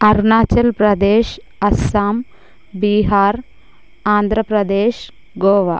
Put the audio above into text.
Arunachal Pradesh Assam Bihar Andhra Pradesh Goa